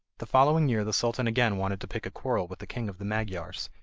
the following year the sultan again wanted to pick a quarrel with the king of the magyars,